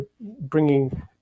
bringing